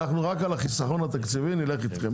רק על החיסכון התקציבי אנחנו נלך איתכם,